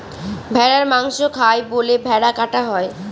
ভেড়ার মাংস খায় বলে ভেড়া কাটা হয়